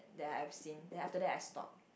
that I've seen then after that I stopped